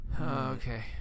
Okay